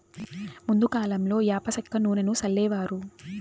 ముందు కాలంలో యాప సెక్క నూనెను సల్లేవారు